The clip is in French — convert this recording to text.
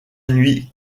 nuit